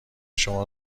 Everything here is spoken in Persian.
شما